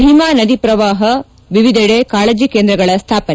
ಭೀಮಾ ನದಿ ಪ್ರವಾಹ ವಿವಿಧೆಡೆ ಕಾಳಜೆ ಕೇಂದಗಳ ಸ್ನಾಪನೆ